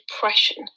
depression